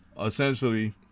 Essentially